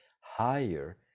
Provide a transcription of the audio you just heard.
higher